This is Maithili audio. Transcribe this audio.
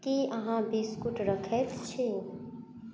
कि अहाँ बिसकुट रखैत छी